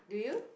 do you